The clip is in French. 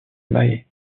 mahé